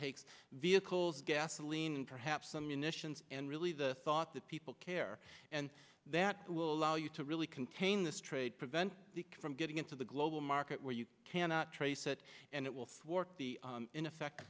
takes vehicles gasoline perhaps the munitions and really the thought that people care and that will allow you to really contain this trade prevent you from getting into the global market where you cannot trace it and it will work in effect